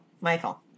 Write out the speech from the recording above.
Michael